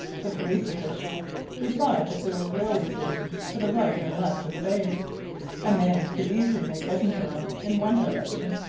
the police official replied that there were railway stations to the right and left of the bay a man could easily make edinburgh in one direction,